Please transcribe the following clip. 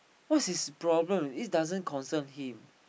what's his problem it doesn't concern him